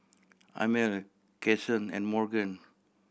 Amil Cason and Morgan